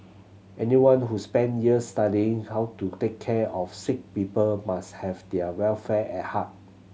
anyone who's spend year studying how to take care of sick people must have their welfare at heart